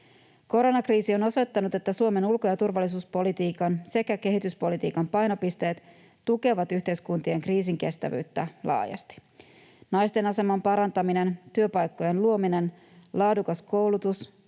Koronakriisi on osoittanut, että Suomen ulko- ja turvallisuuspolitiikan sekä kehityspolitiikan painopisteet tukevat yhteiskuntien kriisinkestävyyttä laajasti. Naisten aseman parantaminen, työpaikkojen luominen, laadukas koulutus,